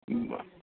बरें